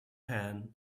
pan